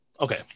Okay